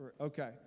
Okay